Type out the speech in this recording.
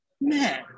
man